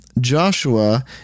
Joshua